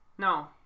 No